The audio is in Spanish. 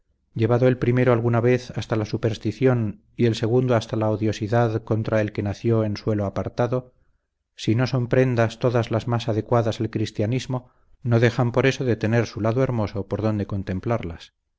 llevado el primero alguna vez hasta la superstición y el segundo hasta la odiosidad contra el que nació en suelo apartado sí no son prendas todas las más adecuadas al cristianismo no dejan por eso de tener su lado hermoso por donde contemplarlas